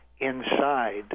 inside